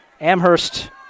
Amherst